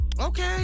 Okay